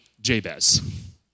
Jabez